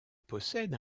possède